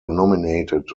nominated